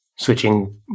switching